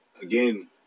Again